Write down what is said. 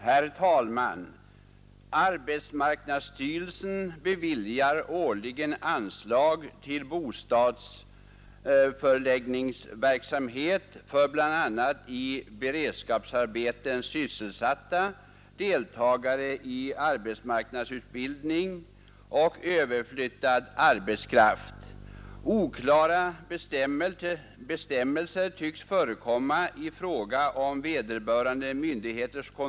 Herr talman! Arbetsmarknadsstyrelsen beviljar årligen anslag till bostadsförläggningsverksamhet för bl.a. i beredskapsarbeten sysselsatta, deltagare i arbetsmarknadsutbildning och överflyttad arbetskraft. Vissa oklarheter tycks dock råda vid beviljande av sådana anslag. Sådana oklarheter synes ha funnits vid ett av AMS-medel bekostat egnahemsprojekt i Tidaholm, vilket från början var beräknat till 175 000 kronor, varav egnahemsägaren tillskjutit 30 000 kronor.